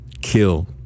kill